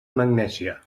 magnèsia